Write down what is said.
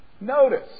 Notice